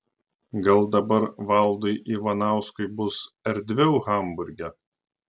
gal dabar valdui ivanauskui bus erdviau hamburge